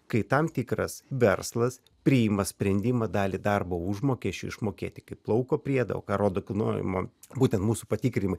kai tam tikras verslas priima sprendimą dalį darbo užmokesčiui išmokėti kaip plauko priedą ką rodo kad norima būtent mūsų patikrinti